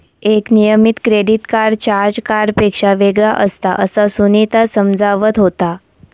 एक नियमित credit card charge कार्डपेक्षा वेगळा असता, असा सुनीता समजावत होता